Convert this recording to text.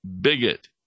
bigot